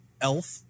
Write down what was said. elf